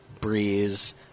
Breeze